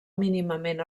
mínimament